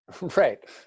right